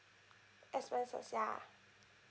expenses ya